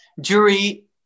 jury